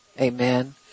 Amen